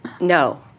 No